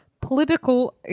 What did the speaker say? political